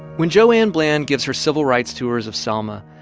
when joanne bland gives her civil rights tours of selma,